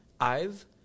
IVE